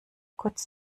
kurz